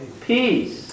peace